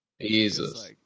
Jesus